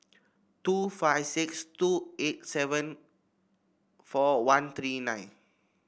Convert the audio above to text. two five six two eight seven four one three nine